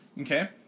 Okay